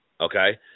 Okay